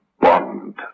bond